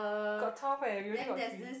got twelve eh we only got three